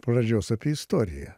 pradžios apie istoriją